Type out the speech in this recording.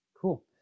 Cool